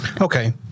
okay